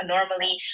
Normally